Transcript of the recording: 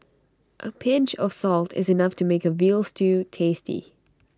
A pinch of salt is enough to make A Veal Stew tasty